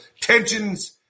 Tensions